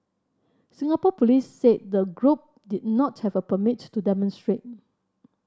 Singapore police said the group did not have a permit to demonstrate